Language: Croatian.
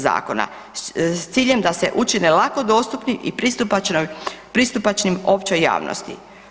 Zakona s ciljem da se učine lako dostupni i pristupačnim općoj javnosti.